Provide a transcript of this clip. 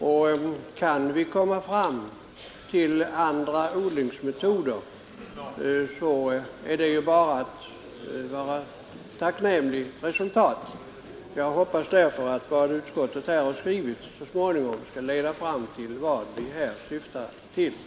Kan vi därigenom komma fram till andra odlingsmetoder är det bara ett tacknämligt resultat. Jag hoppas därför att vad utskottet skrivit så småningom skall leda fram till ökad och intensifierad forskning.